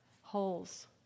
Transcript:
Holes